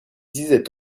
disait